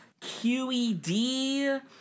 QED